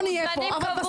הם מוזמנים קבוע.